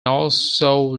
also